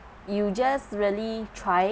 you just really try